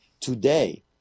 today